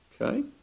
Okay